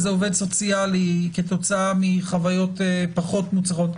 אלא עובד סוציאלי כתוצאה מחוויות פחות מוצלחות?